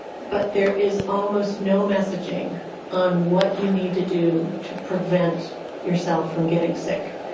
but there is almost no messaging on what you need to do to prevent yourself from getting sick.